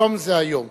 היום זה היום.